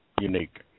unique